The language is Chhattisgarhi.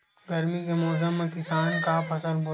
गरमी के मौसम मा किसान का फसल बोथे?